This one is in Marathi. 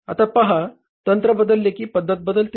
आता पहा तंत्र बदलले की पद्धत बदलते